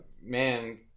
man